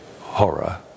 horror